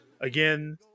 again